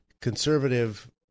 conservative